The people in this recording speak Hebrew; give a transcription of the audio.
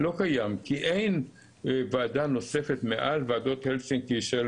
קודם נתנו לילדים קנאביס וזה עוד ילדים אחר כך עשו